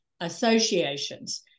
associations